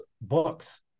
books